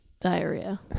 diarrhea